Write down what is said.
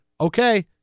okay